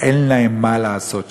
ואין להם מה לעשות שם.